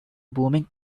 booming